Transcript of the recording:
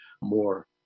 more